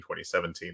2017